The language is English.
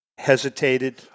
hesitated